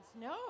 No